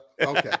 Okay